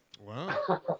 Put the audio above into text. Wow